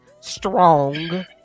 strong